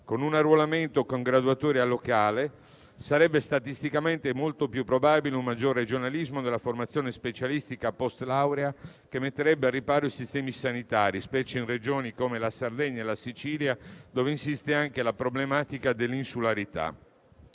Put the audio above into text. Con un arruolamento con graduatoria locale sarebbe statisticamente molto più probabile un maggior "regionalismo" nella formazione specialistica post-laurea, che metterebbe "al riparo" i sistemi sanitari regionali, specie in regioni come la Sardegna e la Sicilia, dove insiste anche la problematica dell'insularità.